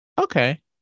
Okay